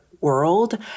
world